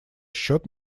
счет